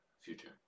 Future